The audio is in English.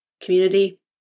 community